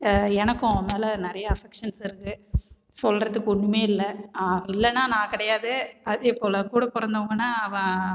எனக்கும் அவன் மேலே நிறையா அபெக்க்ஷன்ஸ் இருக்குது சொல்லுறதுக்கு ஒண்ணுமே இல்லை அவன் இல்லேன்னா நான் கிடையாது அதே போல கூடப் பிறந்தவங்கனா அவன்